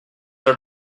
are